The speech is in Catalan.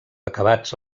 acabats